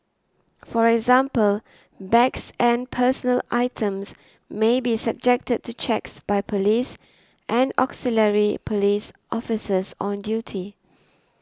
for example bags and personal items may be subjected to checks by police and auxiliary police officers on duty